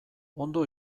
ondo